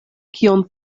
kion